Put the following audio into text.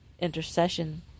intercession